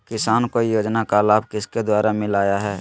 किसान को योजना का लाभ किसके द्वारा मिलाया है?